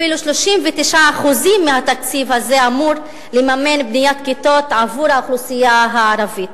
אפילו 39% מהתקציב הזה אמורים לממן בניית כיתות עבור האוכלוסייה הערבית.